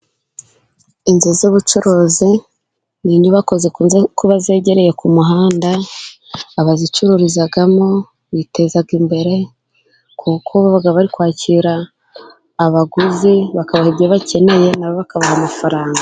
Inzu z'ubucuruzi ni inyubako zikunze kuba zegereye ku muhanda, abazicururizamo biteza imbere, kuko baba bari kwakira abaguzi bakabaha ibyo bakeneye na bo bakabaha amafaranga.